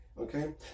okay